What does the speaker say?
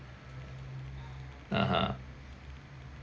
(uh huh)